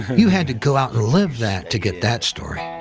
you had to go out and live that to get that story.